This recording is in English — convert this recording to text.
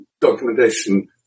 documentation